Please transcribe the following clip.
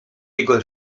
jego